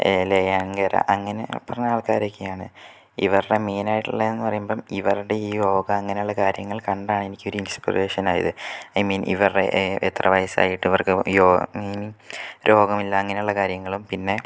എലെയാങ്കര അങ്ങനെ ഈ പറഞ്ഞ ആൾക്കാരൊക്കെയാണ് ഇവരുടെ മെയിൻ ആയിട്ടുള്ളതെന്ന് പറയുമ്പോൾ ഇവരുടെ ഈ യോഗ അങ്ങനെയുള്ള കാര്യങ്ങൾ കണ്ടാണ് എനിക്ക് ഒരു ഇൻസ്പിരേഷൻ ആയത് ഐ മീൻ ഇവരുടെ എത്ര വയസ്സായിട്ടും ഇവരുടെ യോ മീനിങ്ങ് രോഗമില്ല അങ്ങനെയുള്ള കാര്യങ്ങളും പിന്നെ